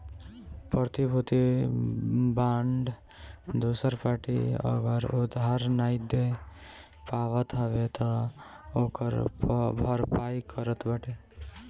प्रतिभूति बांड दूसर पार्टी अगर उधार नाइ दे पावत हवे तअ ओकर भरपाई करत बाटे